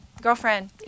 Girlfriend